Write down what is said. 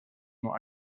nur